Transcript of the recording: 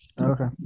Okay